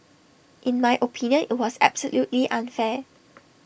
in my opinion IT was absolutely unfair